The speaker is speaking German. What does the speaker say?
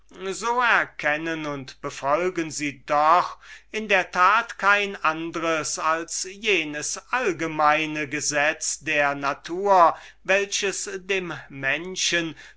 so erkennen und befolgen sie doch in der tat kein andres als jenes allgemeine gesetz der natur welches dem menschen